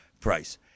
price